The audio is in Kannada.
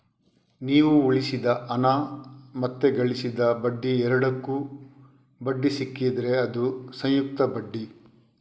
ನೀವು ಉಳಿಸಿದ ಹಣ ಮತ್ತೆ ಗಳಿಸಿದ ಬಡ್ಡಿ ಎರಡಕ್ಕೂ ಬಡ್ಡಿ ಸಿಕ್ಕಿದ್ರೆ ಅದು ಸಂಯುಕ್ತ ಬಡ್ಡಿ